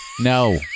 No